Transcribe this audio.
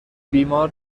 بیمار